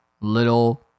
little